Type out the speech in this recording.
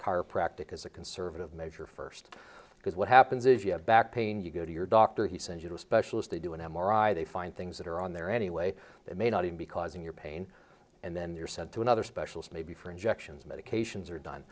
car practic is a conservative measure first because what happens is you have back pain you go to your doctor he sends you to a specialist they do an m r i they find things that are on there anyway that may not even be causing your pain and then they're sent to another specialist maybe for injections medications are done